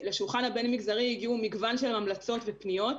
לשולחן הבין משרדי הגיעו מגוון של המלצות ופניות.